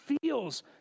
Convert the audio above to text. feels